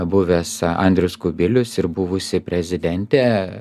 buvęs andrius kubilius ir buvusi prezidentė